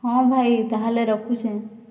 ହଁ ଭାଇ ତାହେଲେ ରଖୁଛେଁ